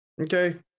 Okay